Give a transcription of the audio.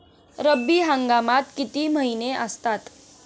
रब्बी हंगामात किती महिने असतात?